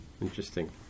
Interesting